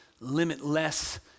limitless